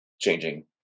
changing